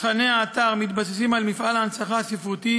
תוכני האתר מתבססים על מפעל ההנצחה הספרותי